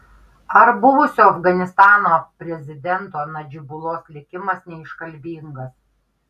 ar buvusio afganistano prezidento nadžibulos likimas neiškalbingas